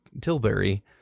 Tilbury